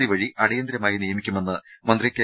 C വഴി അടിയന്തരമായി നിയമിക്കുമെന്ന് മന്ത്രി കെ